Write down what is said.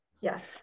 Yes